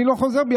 אני לא חוזר בי.